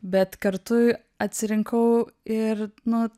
bet kartu atsirinkau ir nu